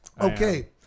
Okay